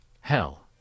Hell